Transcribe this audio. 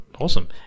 Awesome